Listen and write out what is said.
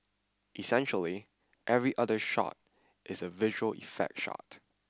essentially every other shot is a visual effect shot